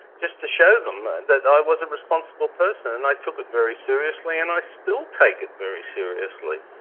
just to show them that i was a responsible person, and i took it very seriously and i still take it very seriously.